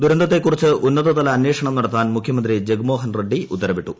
ദുരന്തത്തെക്കുറിച്ച് ഉന്നതതല അന്വേഷണം നടത്താൻ മുഖ്യമന്ത്രി ജീ്മ്മോഹൻ റെഡി ഉത്തരവിട്ടു